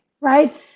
right